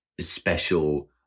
special